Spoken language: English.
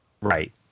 Right